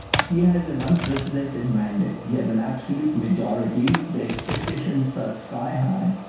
he has an unprecedented mandate. he has an absolute majority. the expectations are sky high.